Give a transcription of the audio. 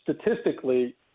statistically